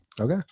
Okay